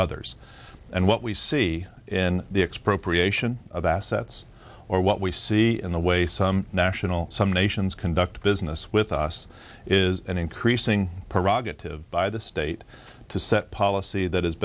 others and what we see in the expropriation of assets or what we see in the way some national some nations conduct business with us is an increasing parag get to by the state to set policy that is